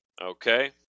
Okay